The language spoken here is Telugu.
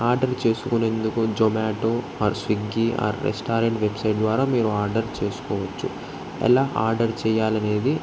ఆర్డర్ చేసుకునేందుకు జొమాటో ఆర్ స్విగ్గీ ఆ రెస్టారెంట్ వెబ్సైట్ ద్వారా మీరు ఆర్డర్ చేసుకోవచ్చు ఎలా ఆర్డర్ చేయాలనేది